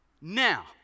Now